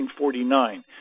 1949